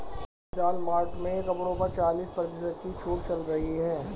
विशाल मार्ट में कपड़ों पर चालीस प्रतिशत की छूट चल रही है